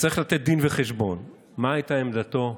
יצטרך לתת דין וחשבון מה הייתה עמדתו,